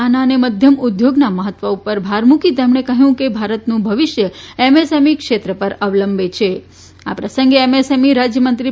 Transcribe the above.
નાના અને મધ્યમ ઉદ્યોગોના મહત્વ ઉપર ભાર મૂકી તેમણે કહ્યું કે ભારતનું ભવિષ્ય એમએસએમઈ ક્ષેત્ર ઉપર અવલંબે છેઆ પ્રસંગે એમએસએમઈ રાજ્યમંત્રી